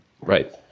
Right